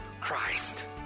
Christ